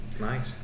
Nice